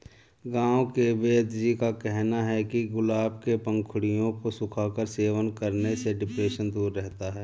गांव के वेदजी का कहना है कि गुलाब के पंखुड़ियों को सुखाकर सेवन करने से डिप्रेशन दूर रहता है